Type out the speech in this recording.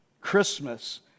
Christmas